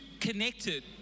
connected